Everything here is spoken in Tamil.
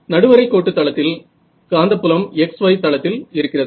நடுவரை கோட்டு தளத்தில் காந்தப்புலம் x y தளத்தில் இருக்கிறது